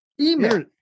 Email